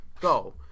go